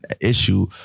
issue